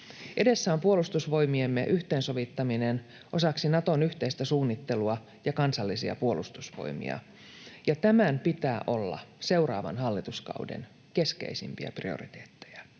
Edessä on Puolustusvoimiemme yhteensovittaminen osaksi Naton yhteistä suunnittelua ja kansallisia puolustusvoimia, ja tämän pitää olla seuraavan hallituskauden keskeisimpiä prioriteetteja.